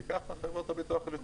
כי ככה חברות הביטוח.